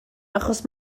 achos